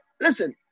listen